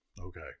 Okay